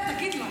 עודד, תגיד לו.